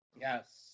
Yes